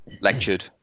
lectured